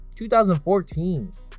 2014